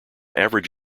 average